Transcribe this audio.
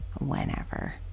whenever